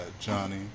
Johnny